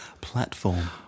platform